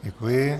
Děkuji.